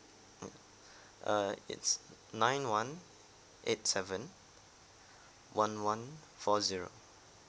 mm err it's nine one eight seven one one four zero